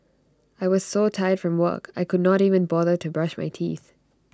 I was so tired from work I could not even bother to brush my teeth